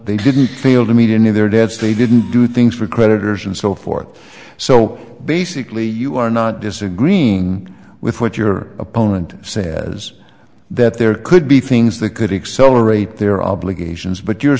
they didn't feel to meet any of their debts they didn't do things for creditors and so forth so basically you are not disagreeing with what your opponent says that there could be things that could accelerate their obligations but you're